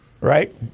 right